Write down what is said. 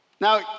Now